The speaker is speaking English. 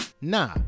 nah